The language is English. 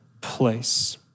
place